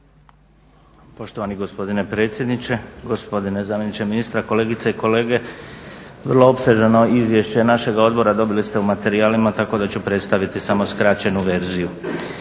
Poštovani gospodine predsjedniče, gospodine zamjeniče ministra, kolegice i kolege, vrlo opsežno izvješće našega odbora dobili ste u materijalima tako da ću predstaviti samo skraćenu verziju.